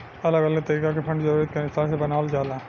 अलग अलग तरीका के फंड जरूरत के अनुसार से बनावल जाला